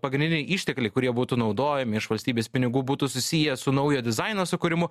pagrindiniai ištekliai kurie būtų naudojami iš valstybės pinigų būtų susiję su naujo dizaino sukūrimu